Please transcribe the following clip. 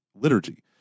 liturgy